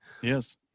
yes